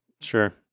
Sure